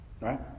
right